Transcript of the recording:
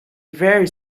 very